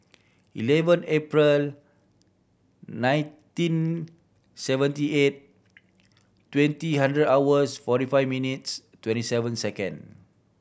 eleven April nineteen seventy eight twenty hundred hours forty five minutes twenty seven second